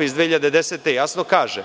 iz 2010. godine jasno kaže